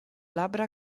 labbra